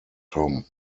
tom